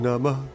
Nama